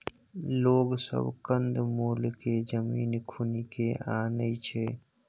लोग सब कंद मूल केँ जमीन खुनि केँ आनय छै